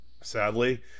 sadly